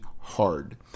hard